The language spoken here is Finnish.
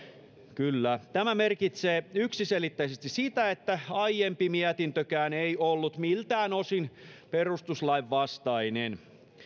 kyllä tämä merkitsee yksiselitteisesti sitä että aiempi mietintökään ei ollut miltään osin perustuslain vastainen